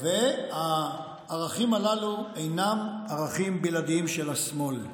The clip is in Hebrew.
והערכים הללו אינם ערכים בלעדיים של השמאל,